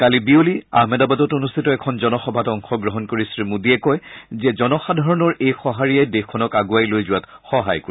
কালি বিয়লি আহমেদাবাদত অনুষ্ঠিত এখন জনসভাত অংশগ্ৰহণ কৰি শ্ৰীমোদীয়ে কয় যে জনসাধাৰণৰ এই সহাৰিয়ে দেশখনক আগুৱাই লৈ যোৱাত সহায় কৰিব